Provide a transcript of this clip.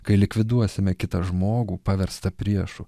kai likviduosime kitą žmogų paverstą priešu